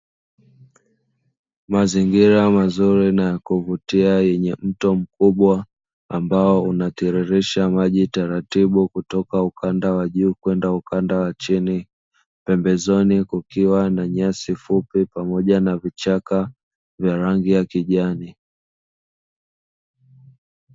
Mazingira mazuri na ya kuvutia yenye mto mkubwa, ambao unatiririsha maji taratibu kutoka ukanda wa juu kwenda ukanda wa chini pembezoni kukiwa na nyasi fupi pamoja na vichaka vya rangi ya kijani.